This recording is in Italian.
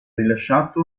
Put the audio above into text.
rilasciato